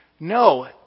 No